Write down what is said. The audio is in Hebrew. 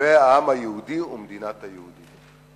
"אויבי העם היהודי ומדינת היהודים".